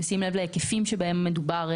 בשים לב להיקפים שבהם מדובר,